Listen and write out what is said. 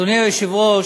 אדוני היושב-ראש,